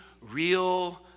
real